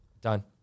done